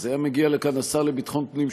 אז היה מגיע לכאן השר לביטחון פנים,